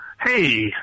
Hey